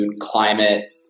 climate